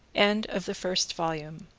end of the first volume.